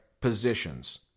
positions